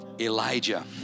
Elijah